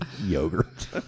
Yogurt